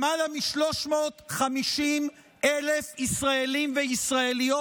למעלה מ-350,000 ישראלים וישראליות,